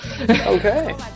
Okay